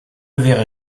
verrez